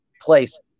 place